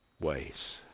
ways